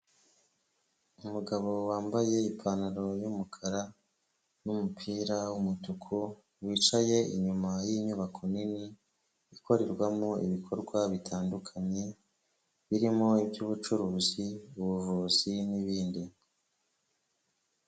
Umugabo wambaye ipantaro y'umukara n'umupira w'umutuku, wicaye inyuma y'inyubako nini ikorerwamo ibikorwa bitandukanye, birimo iby'ubucuruzi, ubuvuzi n'ibindi.